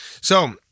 So-